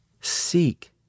Seek